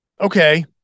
Okay